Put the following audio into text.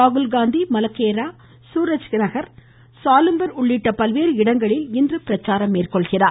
ராகுல்காந்தி மலக்கேரா சூரஜ்கர் சாலும்பர் உள்ளிட்ட பல்வேறு இடங்களில் இன்று பிரச்சாரம் மேற்கொள்கிறார்